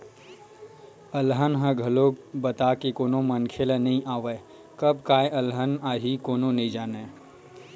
अलहन ह घलोक बता के कोनो मनखे ल नइ आवय, कब काय अलहन आही कोनो नइ जानय